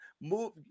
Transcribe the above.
move